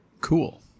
Cool